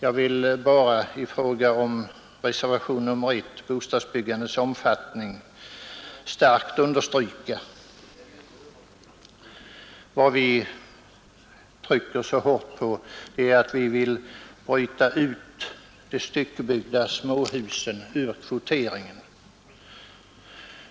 Jag vill bara i fråga om reservationen 1 beträffande bostadsbyggandets omfattning starkt understryka att vi önskar bryta ut de styckebyggda småhusen ur kvoteringen.